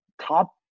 top